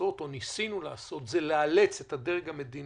לעשות או ניסינו לעשות, זה לאלץ את הדרג המדיני